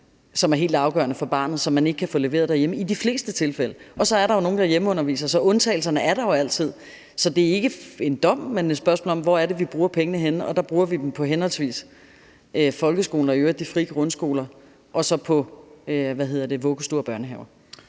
som er helt afgørende for barnet, og som man ikke kan få leveret derhjemme i de fleste tilfælde. Og så er der nogle, der hjemmeunderviser, så undtagelserne er der jo altid. Så det er ikke en dom, men et spørgsmål om, hvor vi bruger penge henne, og der bruger vi dem på folkeskolen og i øvrigt på de frie grundskoler og så på vuggestuer og børnehaver.